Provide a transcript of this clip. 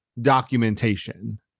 documentation